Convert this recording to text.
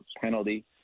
penalty